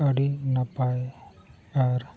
ᱟᱹᱰᱤ ᱱᱟᱯᱟᱭ ᱟᱨ